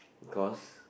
cause